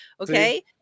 Okay